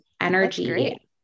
energy